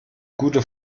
gute